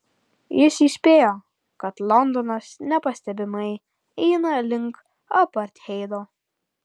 jis įspėjo kad londonas nepastebimai eina link apartheido